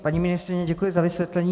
Paní ministryně, děkuji za vysvětlení.